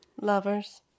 Lovers